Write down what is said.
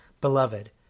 Beloved